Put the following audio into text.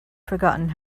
forgotten